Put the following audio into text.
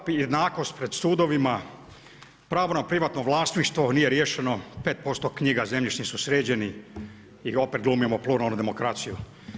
Pravo na jednakost pred sudovima, pravo na privatno vlasništvo nije riješeno, 5% knjiga zemljišnih su sređeni i opet glumimo pluralnu demokraciju.